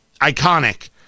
iconic